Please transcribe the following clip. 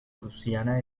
prusiana